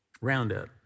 Roundup